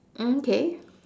mm K